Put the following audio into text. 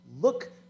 look